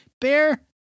Bear